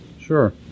sure